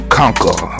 conquer